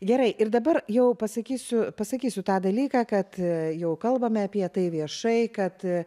gerai ir dabar jau pasakysiu pasakysiu tą dalyką kad jau kalbame apie tai viešai kad